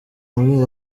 muri